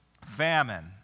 famine